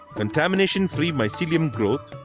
contamination free mycelium growth,